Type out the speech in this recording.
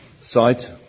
site